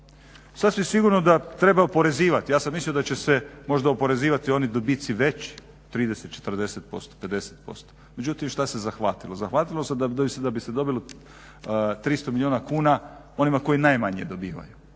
Sasvim sigurno da treba oporezivati, ja sam mislio da će se možda oporezivati oni dobici veći 30, 40%, 50%. Međutim, šta se zahvatilo? Zahvatilo se da bi se dobilo, 300 milijuna kuna onima koji najmanje dobivaju,